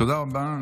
תודה רבה.